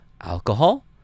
alcohol